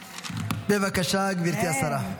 בבקשה, גברתי השרה.